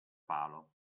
palo